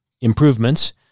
improvements